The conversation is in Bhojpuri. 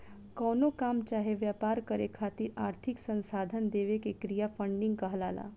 कवनो काम चाहे व्यापार करे खातिर आर्थिक संसाधन देवे के क्रिया फंडिंग कहलाला